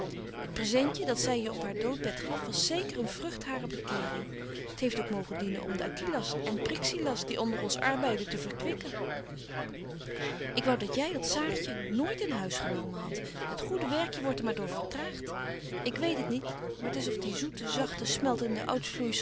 het presentje dat zy je op haar doodbed gaf was zeker een vrugt harer bekeering t heeft ook mogen dienen om de aquillas en prixillas die onder ons arbeiden te verkwikken ik wou dat jy dat saartje nooit in huis genomen hadt het goede werkje wordt er maar door vertraagt ik weet het niet maar t is of die zoete zagte smeltende